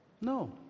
No